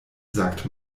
sagt